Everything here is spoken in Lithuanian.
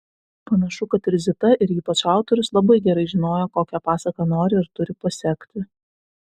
panašu kad ir zita ir ypač autorius labai gerai žinojo kokią pasaką nori ir turi pasekti